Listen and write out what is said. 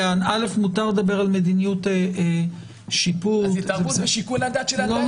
מותר לדבר על מדיניות שיפוט --- זו התערבות בשיקול הדעת של הדיין,